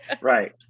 Right